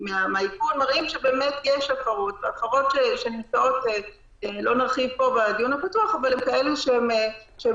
מהאיכון מראים שיש הפרות לא נרחיב בדיון הפתוח אבל הן מובהקות.